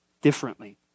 differently